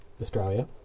Australia